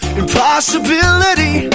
impossibility